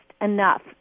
enough